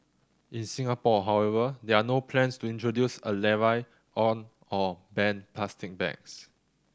in Singapore however there are no plans to introduce a levy on or ban plastic bags